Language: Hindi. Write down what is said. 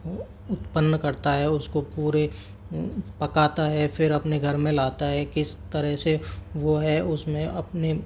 वो उत्पन्न करता है उसको पूरे पकाता है फ़िर अपने घर में लाता है किस तरह से वो है उसमें अपने